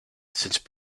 since